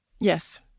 Yes